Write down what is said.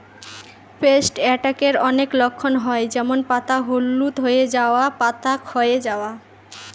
paste অ্যাটাকের অনেক লক্ষণ হয় যেমন পাতা হলুদ হয়ে যাওয়া, পাতা ক্ষয়ে যাওয়া